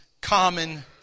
common